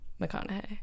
McConaughey